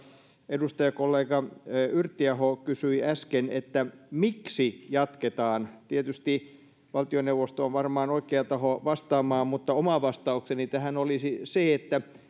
edustajakollega yrttiaho kysyi äsken miksi jatketaan tietysti valtioneuvosto on varmaan oikea taho vastaamaan mutta oma vastaukseni tähän olisi se että